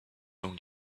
own